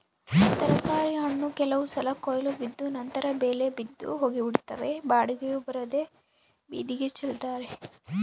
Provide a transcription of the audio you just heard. ತರಕಾರಿ ಹಣ್ಣು ಕೆಲವು ಸಲ ಕೊಯ್ಲು ನಂತರ ಬೆಲೆ ಬಿದ್ದು ಹೋಗಿಬಿಡುತ್ತದೆ ಬಾಡಿಗೆಯೂ ಬರದೇ ಬೀದಿಗೆ ಚೆಲ್ತಾರೆ